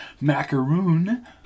macaroon